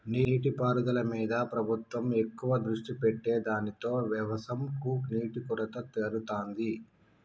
నీటి పారుదల మీద ప్రభుత్వం ఎక్కువ దృష్టి పెట్టె దానితో వ్యవసం కు నీటి కొరత తీరుతాంది